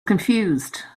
confused